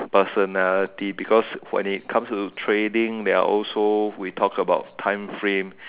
personality because when it comes to trading there are also we talk about time frame